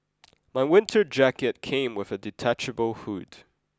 my winter jacket came with a detachable hood